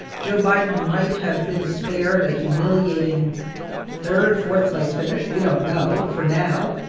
joe biden might have been spared a humiliating third, fourth-place finish. we don't know for now.